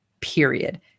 period